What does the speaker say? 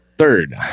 Third